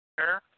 Sure